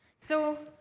so